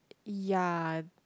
ya